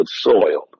soil